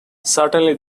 certainly